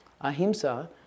Ahimsa